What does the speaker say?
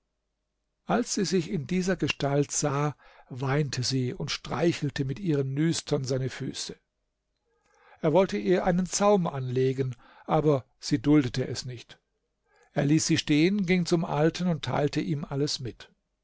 als sie sich in dieser gestalt sah weinte sie und streichelte mit ihren nüstern seine füße er wollte ihr einen zaum anlegen aber sie duldete es nicht er ließ sie stehen ging zum alten und teilte ihm alles mit